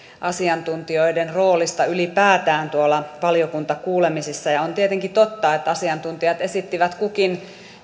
asiantuntijoiden roolista ylipäätään tuolla valiokuntakuulemisissa ja on tietenkin totta että asiantuntijat esittivät kukin